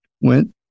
went